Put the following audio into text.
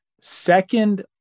second